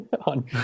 on